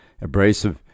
abrasive